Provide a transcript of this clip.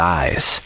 eyes